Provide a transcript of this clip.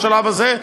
בשלב הזה,